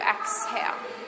exhale